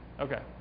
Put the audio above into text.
okay